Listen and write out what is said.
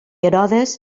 herodes